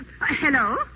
Hello